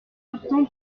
lurton